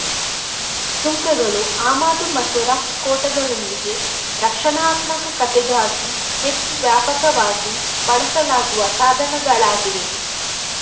ಸುಂಕಗಳು ಆಮದು ಮತ್ತು ರಫ್ತು ಕೋಟಾಗಳೊಂದಿಗೆ ರಕ್ಷಣಾತ್ಮಕತೆಗಾಗಿ ಹೆಚ್ಚು ವ್ಯಾಪಕವಾಗಿ ಬಳಸಲಾಗುವ ಸಾಧನಗಳಾಗಿವೆ